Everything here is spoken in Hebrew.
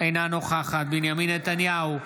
אינה נוכחת בנימין נתניהו,